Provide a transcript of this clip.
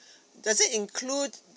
does it include